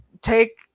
take